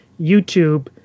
YouTube